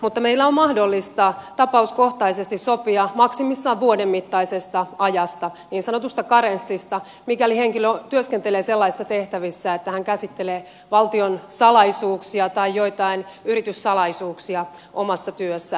mutta meillä on mahdollista tapauskohtaisesti sopia maksimissaan vuoden mittaisesta ajasta niin sanotusta karenssista mikäli henkilö työskentelee sellaisissa tehtävissä että hän käsittelee valtionsalaisuuksia tai joitain yrityssalaisuuksia omassa työssään